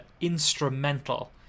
instrumental